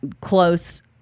close